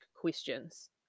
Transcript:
questions